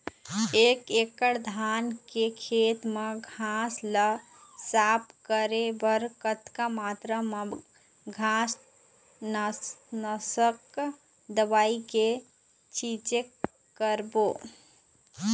एक एकड़ धान के खेत मा घास ला साफ करे बर कतक मात्रा मा घास नासक दवई के छींचे करबो?